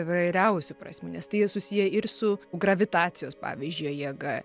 įvairiausių prasmių nes tai susiję ir su gravitacijos pavyzdžiui jėga